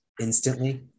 instantly